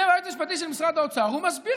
יושב היועץ המשפטי של משרד האוצר ומסביר